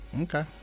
Okay